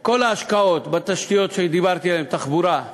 כל ההשקעות בתשתיות שדיברתי עליהן, בתחבורה.